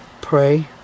Pray